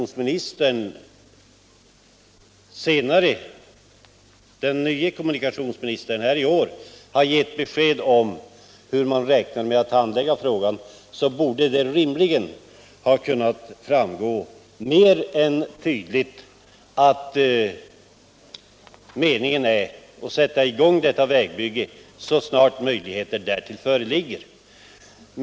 Därefter har den nuvarande kommunikationsministern givit besked om hur man räknar med att handlägga frågan, och då tycker jag att det borde ha framgått mer än tydligt att meningen är att man skall sätta i gång detta vägbygge så snart som möjligt.